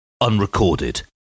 unrecorded